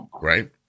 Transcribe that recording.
Right